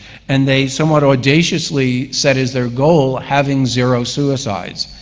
and they somewhat audaciously set as their goal having zero suicides.